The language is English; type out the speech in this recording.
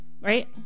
right